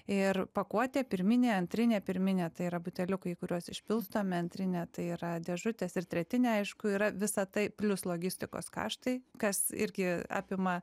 ir pakuotė pirminė antrinė pirminė tai yra buteliukai į kuriuos išpilstomi antrinė tai yra dėžutės ir tretinė aišku yra visa tai plius logistikos kaštai kas irgi apima